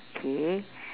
okay